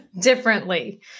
differently